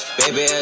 baby